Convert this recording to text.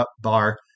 bar